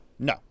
No